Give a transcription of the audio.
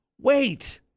wait